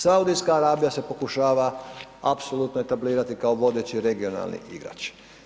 Saudijska Arabija se pokušava apsolutno etablirati kao vodeći regionalni igrač.